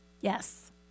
Yes